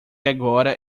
agora